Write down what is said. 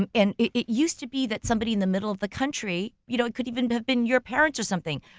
and and it it used to be that somebody in the middle of the country you know could even have been your parents or something.